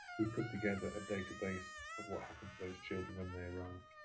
who put together a database of what happened to those children when they arrived.